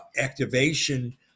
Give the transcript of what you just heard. activation